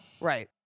Right